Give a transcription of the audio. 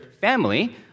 family